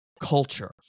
culture